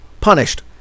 punished